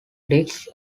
disc